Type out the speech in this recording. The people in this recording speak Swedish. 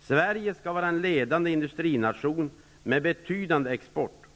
Sverige skall vara en ledande industrination med en betydande export.